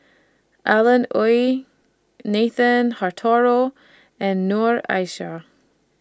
Alan Oei Nathan Hartono and Noor Aishah